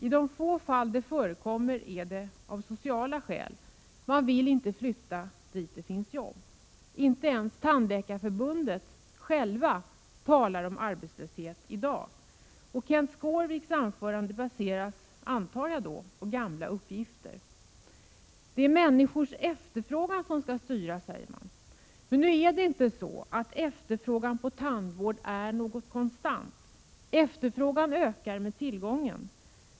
I de få fall arbetslöshet förekommer beror det på sociala skäl: man vill inte flytta dit där det finns jobb. Inte ens Tandläkarförbundet självt talar i dag om arbetslöshet. Jag antar då att Kenth Skårviks anförande baserar sig på gamla uppgifter. Det är människors efterfrågan som skall styra, säger man. Men efterfrågan på tandvård är inte konstant, utan efterfrågan ökar med tillgången.